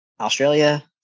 Australia